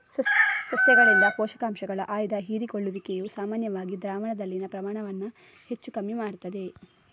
ಸಸ್ಯಗಳಿಂದ ಪೋಷಕಾಂಶಗಳ ಆಯ್ದ ಹೀರಿಕೊಳ್ಳುವಿಕೆಯು ಸಾಮಾನ್ಯವಾಗಿ ದ್ರಾವಣದಲ್ಲಿನ ಪ್ರಮಾಣವನ್ನ ಹೆಚ್ಚು ಕಮ್ಮಿ ಮಾಡ್ತದೆ